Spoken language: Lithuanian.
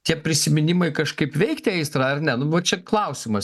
tie prisiminimai kažkaip veikti aistrą ar ne nu va čia klausimas